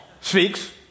speaks